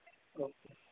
okay